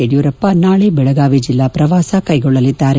ಯಡಿಯೂರಪ್ಪ ನಾಳೆ ಬೆಳಗಾವಿ ಜೆಲ್ಲಾ ಪ್ರವಾಸ ಕೈಗೊಂಡಿದ್ದಾರೆ